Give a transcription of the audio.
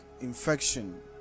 infection